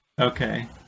Okay